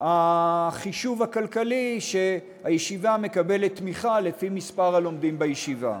החישוב הכלכלי שהישיבה מקבלת תמיכה לפי מספר הלומדים בישיבה.